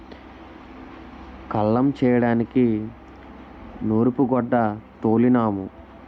కల్లం చేయడానికి నూరూపుగొడ్డ తోలినాము